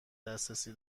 دسترسی